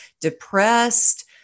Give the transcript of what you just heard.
depressed